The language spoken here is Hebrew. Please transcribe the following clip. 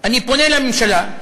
אני פונה אל הממשלה.